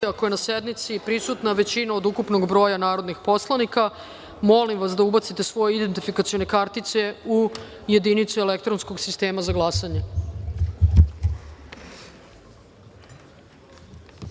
ako je na sednici prisutna većina od ukupnog broja narodnih poslanika. Molim vas da ubacite svoje identifikacione kartice u jedinice elektronskog sistema za